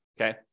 okay